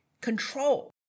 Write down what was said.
control